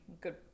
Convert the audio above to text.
good